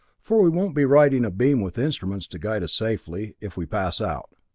for we won't be riding a beam with instruments to guide us safely, if we pass out.